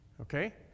Okay